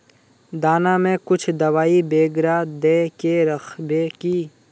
दाना में कुछ दबाई बेगरा दय के राखबे की?